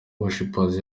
worshipers